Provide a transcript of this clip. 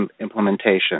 implementation